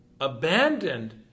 abandoned